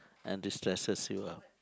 and destresses you ah